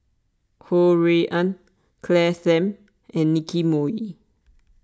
Ho Rui An Claire Tham and Nicky Moey